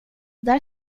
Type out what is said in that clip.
där